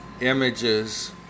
images